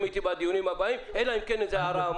ובתנאים המסוימים שאנחנו נותנים העדפה גם ללולי